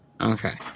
Okay